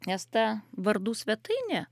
nes ta vardų svetainė